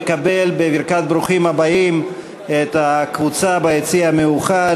אני מקבל בברכת ברוכים הבאים את הקבוצה ביציע המיוחד,